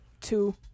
two